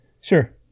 Sure